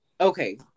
Okay